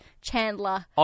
Chandler